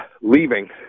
leaving